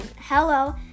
hello